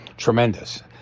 tremendous